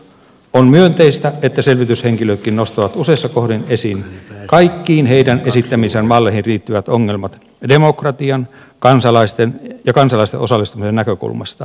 on myönteistä että selvityshenkilötkin nostavat useissa kohdin esiin kaikkiin heidän esittämiinsä malleihin liittyvät ongelmat demokratian ja kansalaisten osallistumisen näkökulmasta